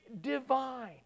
divine